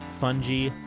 fungi